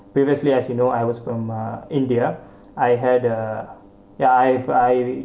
previously as you know I was from uh india I had the ya I've I